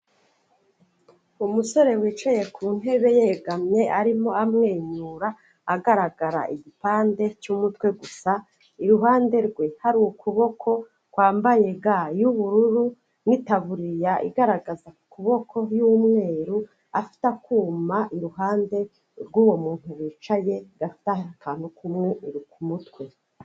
Umusore wicaye ku ntebe yegamye arimo amwenyura agaragara igipande cy'umutwe gusa, iruhande rwe hari ukuboko kwambaye ga y'ubururu n'itaburiya igaragaza ukuboko y'umweru, afite akuma iruhande rw'uwo muntu wicaye afite akantu k'umweru ku mutwe.